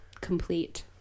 Complete